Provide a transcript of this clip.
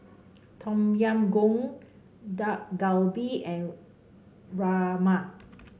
Tom Yam Goong Dak Galbi and Rajma